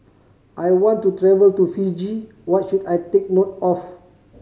I want to travel to Fiji What should I take note of